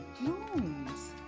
blooms